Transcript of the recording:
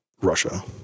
Russia